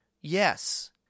Yes